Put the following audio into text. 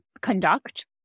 conduct